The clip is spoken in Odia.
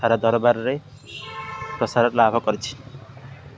ସାରା ଦରବାରରେ ପ୍ରସାର ଲାଭ କରିଛି